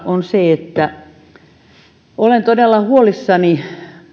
on liikunta olen todella huolissani